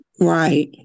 Right